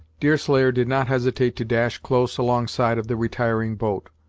deerslayer did not hesitate to dash close alongside of the retiring boat,